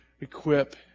equip